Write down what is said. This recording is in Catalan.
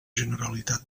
generalitat